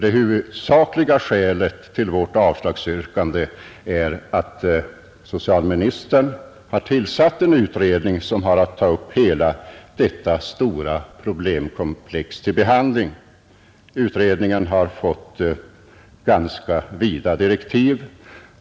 Det huvudsakliga skälet till värt avslagsyrkande är att socialministern har tillsatt en utredning som har att ta upp hela detta stora problemkomplex till behandling. Utredningen har fått ganska vida direktiv.